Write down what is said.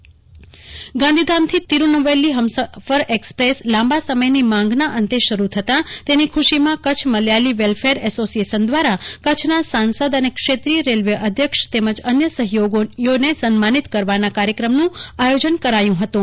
કુલ્પના શાહ સન્માન કાર્યક્રમ ગાંધીધામની તીરૂનવ્લવેલી હમસફર એકસપ્રેસ લાંબા સમયની માંગના અંતે શરૂ થતાં તેની ખુશીમાં કચ્છ મલ્યાલી વેલ્ફેર એસોસિયેશન દ્વારા કચ્છના સાંસદ અને ક્ષેત્રીય રેલવે અધ્યક્ષ તેમજઅન્ય સહયોગીઓને સન્માનીત કરવાના કાર્યક્રમનું આયોજન કરાયું હતું